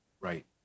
Right